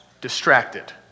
Distracted